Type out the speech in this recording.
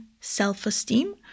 self-esteem